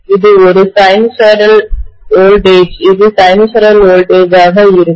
இது ஒரு sinusoid sinusoidal வோல்டேஜ்இது ஒரு சைனூசாய்டல் வோல்டேஜ் ஆக இருக்கும்